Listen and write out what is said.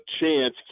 chance